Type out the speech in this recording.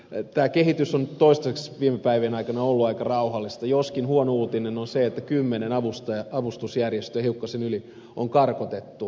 tämä kehitys on toistaiseksi viime päivien aikana ollut aika rauhallista joskin huono uutinen on se että kymmenen avustusjärjestöä hiukkasen yli on karkotettu sudanista